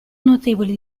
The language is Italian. notevole